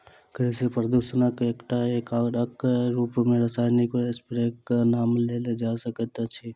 कृषि प्रदूषणक एकटा कारकक रूप मे रासायनिक स्प्रेक नाम लेल जा सकैत अछि